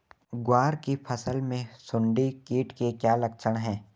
ग्वार की फसल में सुंडी कीट के क्या लक्षण है?